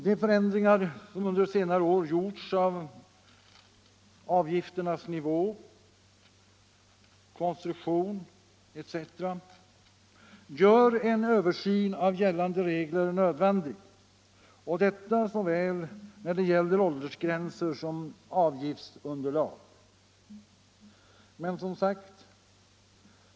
De förändringar av avgifternas nivå, konstruktion etc. som genomförts under senare år gör en översyn av gällande regler nödvändig när det gäller såväl åldersgränser som avgiftsunderlag.